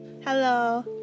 Hello